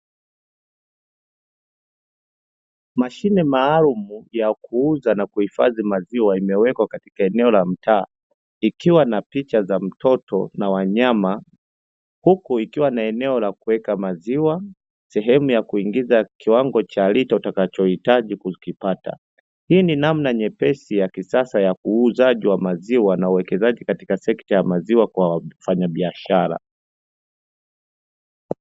Mashine maalumu ya kuuza na kuhifadhi maziwa imewekwa katika eneo la mtaa ikiwa na picha za mtoto na wanyama. Huku ikiwa na eneo la kuweka maziwa sehemu ya kuingiza kiwango cha lita utakachohitaji kukipata. Hii ni namna nyepesi ya kisasa ya uuzaji wa maziwa na wawekezaji katika sekta ya maziwa kwa wafanyabiashara.